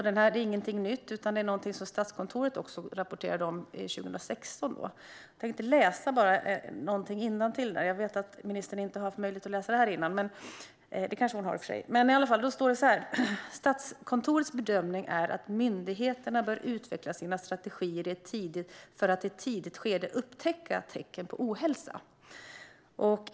Det är ingenting nytt, utan det är något som Statskontoret rapporterade om 2016. Jag tänkte läsa innantill i den. Jag vet att ministern inte har haft möjlighet att läsa detta innan - eller det kanske hon i och för sig har - men det står i alla fall så här: "Statskontorets bedömning är att myndigheterna bör utveckla sina strategier för att upptäcka ohälsa i ett tidigt skede."